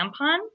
tampon